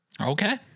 Okay